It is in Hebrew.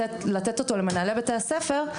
ולתת אותו למנהלי בתי הספר,